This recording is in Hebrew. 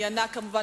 וכו'.